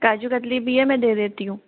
काजू कतली भी है मैं दे देती हूँ